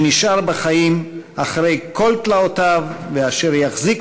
שנשאר בחיים אחרי כל תלאותיו ואשר יחזיק